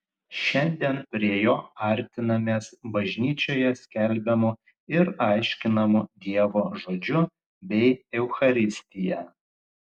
šiandien prie jo artinamės bažnyčioje skelbiamu ir aiškinamu dievo žodžiu bei eucharistija